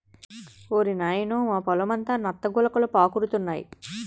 ఓరి నాయనోయ్ మా పొలమంతా నత్త గులకలు పాకురుతున్నాయి